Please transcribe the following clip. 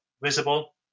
visible